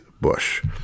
Bush